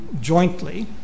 jointly